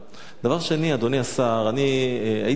דבר שני, אדוני השר, אני הייתי שמח